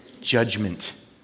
judgment